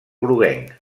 groguenc